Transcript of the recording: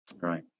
right